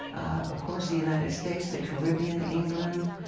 of course, the united states, the caribbean, england,